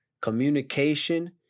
communication